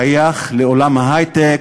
שייך לעולם ההיי-טק,